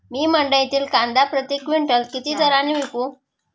मी मंडईतील कांदा प्रति क्विंटल किती दराने विकू?